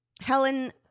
Helen